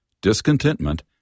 discontentment